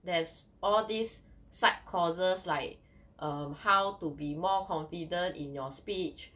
there's all these side courses like um how to be more confident in your speech